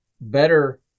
better